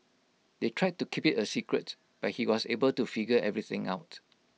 they tried to keep IT A secret but he was able to figure everything out